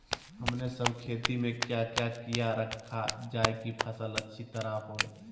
हमने सब खेती में क्या क्या किया रखा जाए की फसल अच्छी तरह होई?